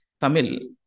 Tamil